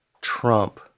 Trump